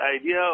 idea